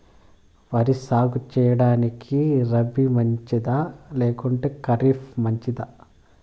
వరి సాగు సేయడానికి రబి మంచిదా లేకుంటే ఖరీఫ్ మంచిదా